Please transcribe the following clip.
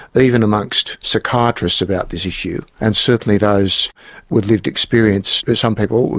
even amongst psychiatrists, about this issue, and certainly those with lived experience. and some people,